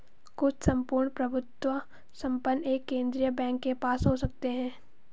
कुछ सम्पूर्ण प्रभुत्व संपन्न एक केंद्रीय बैंक के पास हो सकते हैं